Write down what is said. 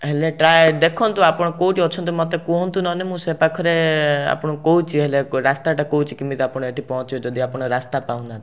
ହେଲେ ଟ୍ରାଏ ଦେଖନ୍ତୁ ଆପଣ କେଉଁଠି ଅଛନ୍ତି ମୋତେ କୁହନ୍ତୁ ନହେଲେ ମୁଁ ସେ ପାଖରେ ଆପଣଙ୍କୁ କହୁଛି ହେଲେ ରାସ୍ତାଟା କହୁଛି କେମିତି ଆପଣ ଏଠି ପହଞ୍ଚିବେ ଯଦି ଆପଣ ରାସ୍ତା ପାଉନାହାନ୍ତି